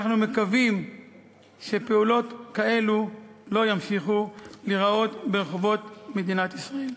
אנחנו מקווים שפעולות כאלה לא ימשיכו להיראות ברחובות מדינת ישראל.